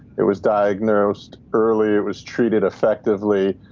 it was diagnosed early. it was treated effectively.